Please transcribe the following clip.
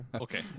okay